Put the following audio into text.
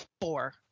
four